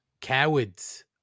Cowards